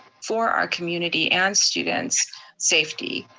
for our community and students' safety.